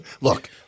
Look